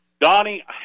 Donnie